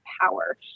power